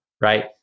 right